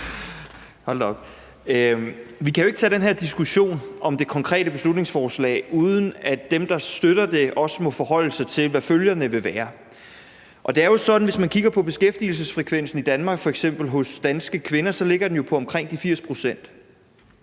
Hold da op. Vi kan jo ikke tage den her diskussion om det konkrete beslutningsforslag, uden at dem, der støtter det, også må forholde sig til, hvad følgerne vil være. Og det er jo sådan, at hvis man kigger på beskæftigelsesfrekvensen i Danmark, f.eks. hos danske kvinder, så ligger den jo på omkring 80 pct.